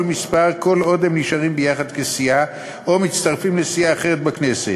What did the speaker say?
מספר כל עוד הם נשארים ביחד כסיעה או מצטרפים לסיעה אחרת בכנסת.